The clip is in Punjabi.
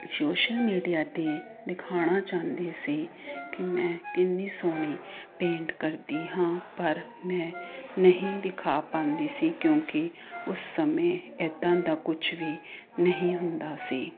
ਸੋਸ਼ਲ ਮੀਡੀਆ 'ਤੇ ਦਿਖਾਉਣਾ ਚਾਹੁੰਦੀ ਸੀ ਕਿ ਮੈਂ ਇੰਨੀ ਸੋਹਣੀ ਪੇਂਟ ਕਰਦੀ ਹਾਂ ਪਰ ਮੈਂ ਨਹੀਂ ਦਿਖਾ ਪਾਉਂਦੀ ਸੀ ਕਿਉਂਕਿ ਉਸ ਸਮੇਂ ਇੱਦਾਂ ਦਾ ਕੁਝ ਵੀ ਨਹੀਂ ਹੁੰਦਾ ਸੀ